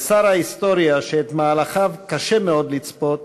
ושר ההיסטוריה, שאת מהלכיו קשה מאוד לצפות,